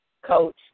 Coach